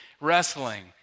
wrestling